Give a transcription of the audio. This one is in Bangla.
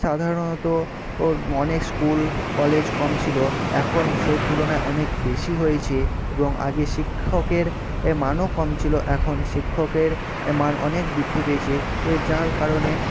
সাধারণত ও অনেক স্কুল কলেজ কম ছিলো এখন সেই তুলনায় অনেক বেশি হয়েছে এবং আগে শিক্ষকের এ মানও কম ছিলো এখন শিক্ষকের এ মান অনেক বৃদ্ধি পেয়েছে এ যার কারণে